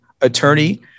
attorney